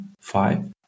five